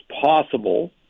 possible